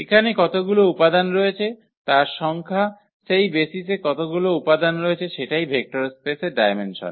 এখানে কতগুলি উপাদান রয়েছে তার সংখ্যা সেই বেসিসে কতগুলি উপাদান রয়েছে সেটাই ভেক্টর স্পেসের ডায়মেনসন